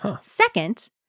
Second